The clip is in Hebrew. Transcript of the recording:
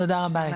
תודה רבה.